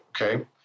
Okay